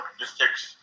districts